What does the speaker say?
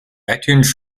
itunes